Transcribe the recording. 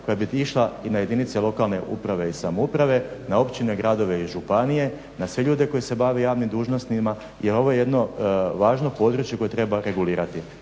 koja bi išla i na jedinice lokalne uprave i samouprave, na općine, gradove i županije, na sve ljude koji se bave javnim dužnostima. Jer ovo je jedno važno područje koje treba regulirati.